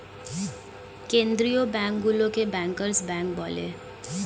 কেন্দ্রীয় ব্যাঙ্কগুলোকে bankers bank বলে